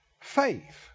faith